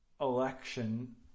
election